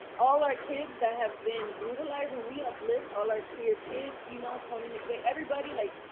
all our kids that have been brutalized and we uplift all our queer kids, you know, tony mcdade, everybody like